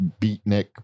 beatnik